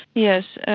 yes.